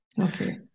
Okay